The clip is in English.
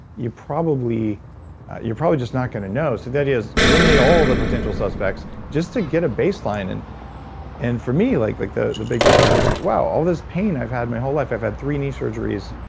you're probably you're probably just not going to know. so the idea is eliminate all the potential suspects just to get a baseline and and for me, like like the the big difference was, wow, all this pain i've had my whole life, i've had three knee surgeries,